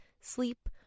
sleep